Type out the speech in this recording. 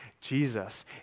Jesus